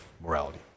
morality